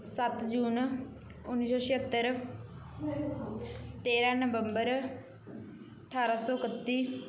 ਸੱਤ ਜੂਨ ਉੱਨੀ ਸੌ ਛਿੱਅਤਰ ਤੇਰਾਂ ਨਵੰਬਰ ਅਠਾਰਾਂ ਸੌ ਇਕੱਤੀ